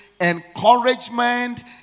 encouragement